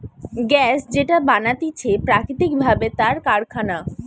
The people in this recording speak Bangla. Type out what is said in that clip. গ্যাস যেটা বানাতিছে প্রাকৃতিক ভাবে তার কারখানা